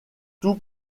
tout